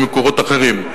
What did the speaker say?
ממקורות אחרים.